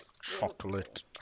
chocolate